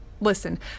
Listen